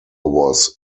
was